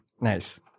Nice